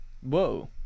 Whoa